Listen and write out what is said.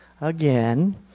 again